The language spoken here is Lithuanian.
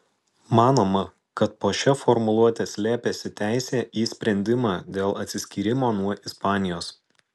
manoma kad po šia formuluote slėpėsi teisė į sprendimą dėl atsiskyrimo nuo ispanijos